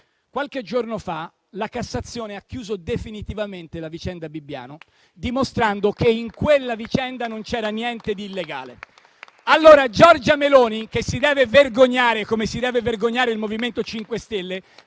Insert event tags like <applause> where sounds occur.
Qualche giorno fa la Cassazione ha chiuso definitivamente la vicenda Bibbiano, dimostrando che in quella vicenda non c'era niente di illegale. <applause> Allora Giorgia Meloni, che si deve vergognare, come si deve vergognare il MoVimento 5 Stelle,